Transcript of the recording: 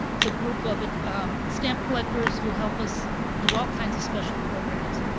it's a group of stamp collectors who help us do all kinds of special programs.